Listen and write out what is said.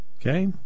okay